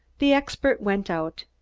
the expert went out.